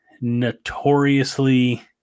notoriously